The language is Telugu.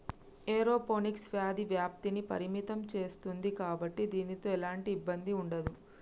ఏరోపోనిక్స్ వ్యాధి వ్యాప్తిని పరిమితం సేస్తుంది కాబట్టి దీనితో ఎలాంటి ఇబ్బంది ఉండదు